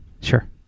Sure